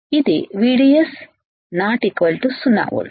ఇది VDS ≠ 0 volt